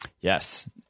Yes